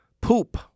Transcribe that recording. poop